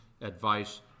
advice